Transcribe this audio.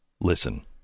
Listen